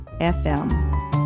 FM